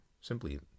simply